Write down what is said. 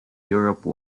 europe